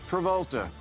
Travolta